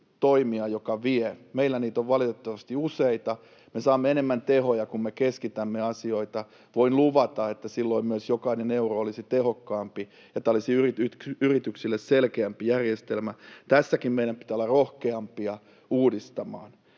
toimija, joka vie. Meillä niitä on valitettavasti useita. Me saamme enemmän tehoja, kun me keskitämme asioita. Voin luvata, että silloin myös jokainen euro olisi tehokkaampi ja tämä olisi yrityksille selkeämpi järjestelmä. Tässäkin meidän pitää olla rohkeampia uudistamaan.